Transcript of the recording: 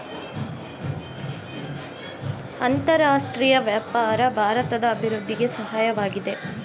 ಅಂತರರಾಷ್ಟ್ರೀಯ ವ್ಯಾಪಾರ ಭಾರತದ ಅಭಿವೃದ್ಧಿಗೆ ಸಹಾಯವಾಗಿದೆ